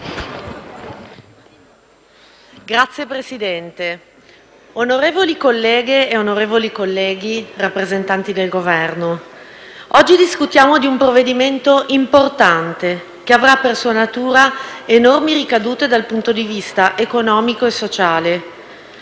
Signor Presidente, onorevoli colleghe e colleghi, signori rappresentanti del Governo, oggi discutiamo di un provvedimento importante, che avrà per sua natura enormi ricadute sotto il profilo economico e sociale.